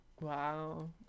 Wow